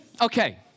Okay